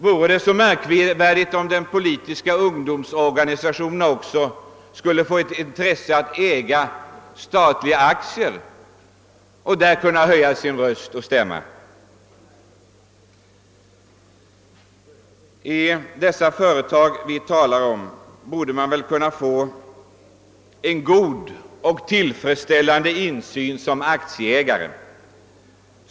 Vore det så märkvärdigt om de politiska ungdomsorganisationerna också skulle få intresse av att äga statliga aktier och av att kunna göra sin röst hörd på de statliga aktiebolagens bolagsstämma? I dessa företag borde man väl kunna få en tillfredsställande insyn som aktieägare.